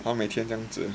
他们每天这样子